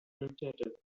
irritated